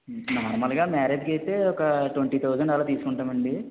నార్మల్గా మ్యారేజ్కి అయితే ఒక ట్వంటీ థౌసండ్ అలా తీసుకుంటాము అండి